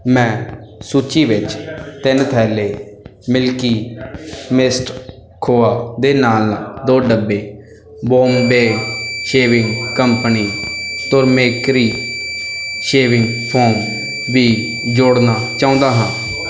ਮੈਂ ਸੂਚੀ ਵਿੱਚ ਤਿੰਨ ਥੈਲੇ ਮਿਲਕੀ ਮਿਸਟ ਖੋਵਾ ਦੇ ਨਾਲ ਨਾਲ ਦੋ ਡੱਬੇ Bombay shaving company turmeric shaving foam ਵੀ ਜੋੜਨਾ ਚਾਹੁੰਦਾ ਹਾਂ